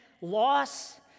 loss